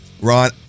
Ron